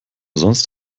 sonst